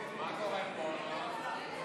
48 בעד, 63 נגד.